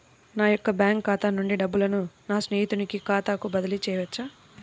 నా యొక్క బ్యాంకు ఖాతా నుండి డబ్బులను నా స్నేహితుని ఖాతాకు బదిలీ చేయవచ్చా?